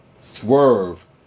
Swerve